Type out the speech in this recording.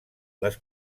les